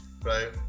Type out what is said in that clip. Right